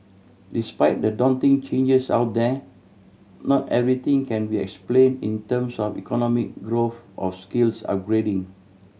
despite the daunting changes out there not everything can be explain in terms of economic growth or skills upgrading